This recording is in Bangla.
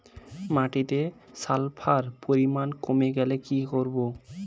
মাটিতে সালফার পরিমাণ কমে গেলে কি করব?